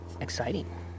exciting